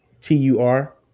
T-U-R